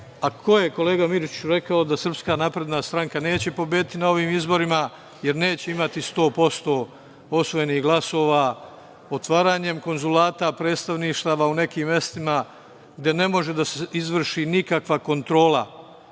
je, kolega Mirčiću rekao da SNS neće pobediti na ovim izborima, jer neće imati 100% osvojenih glasova? Otvaranje konzulata, predstavništava u nekim mestima gde ne može da se izvrši nikakva kontrola